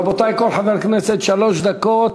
רבותי, כל חבר כנסת שלוש דקות.